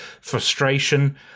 frustration